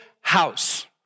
house